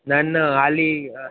न न हाली